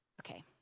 Okay